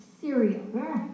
cereal